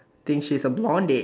think she's a blondie